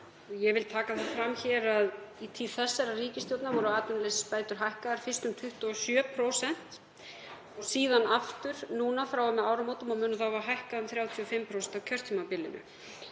Ég vil taka það fram að í tíð þessarar ríkisstjórnar voru atvinnuleysisbætur hækkaðar, fyrst um 27%, síðan aftur núna frá og með áramótum og munu hækka um 35% á kjörtímabilinu.